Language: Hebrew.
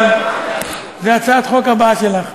אבל זו הצעת החוק הבאה שלך.